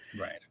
right